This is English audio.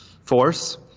force